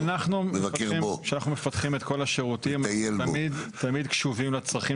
כשאנחנו מפתחים את כל השירותים אנחנו תמיד קשובים לצרכים